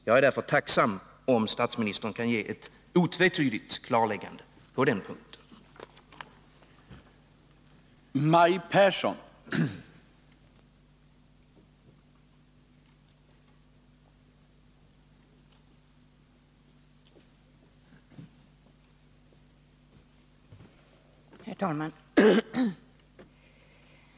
Jag är tacksam om statsministern kan göra ett otvetydigt klarläggande i det här avseendet.